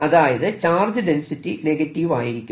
അതായത് charge density negative ആയിരിക്കും